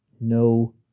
no